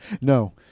No